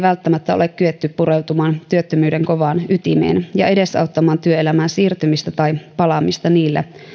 välttämättä ole kyetty pureutumaan työttömyyden kovaan ytimeen ja edesauttamaan työelämään siirtymistä tai palaamista niillä